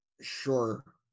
sure